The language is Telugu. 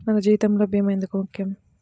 మన జీవితములో భీమా ఎందుకు ముఖ్యం?